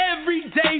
everyday